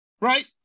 Right